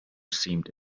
seemed